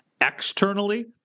externally